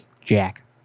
Jack